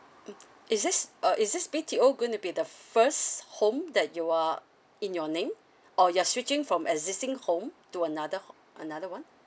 mm is this uh is this B_T_O going to be the first home that you are in your name or you're switching from existing home to another ho~ another one